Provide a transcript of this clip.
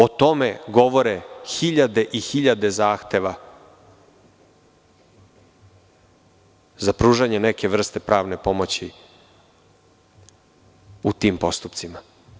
O tome govore hiljade i hiljade zahteva za pružanje neke vrste pravne pomoći u tim postupcima.